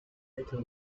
little